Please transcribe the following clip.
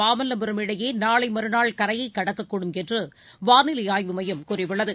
மாமல்லபுரம் இடையேநாளைமறுநாள் கரையைகடக்கக்கூடும் என்றுவானிலைஆய்வு மையம் கூறியுள்ளது